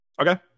Okay